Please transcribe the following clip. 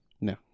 No